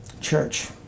Church